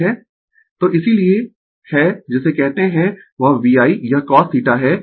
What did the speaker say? तो इसीलिये है जिसे कहते है वह VI यह cosθ है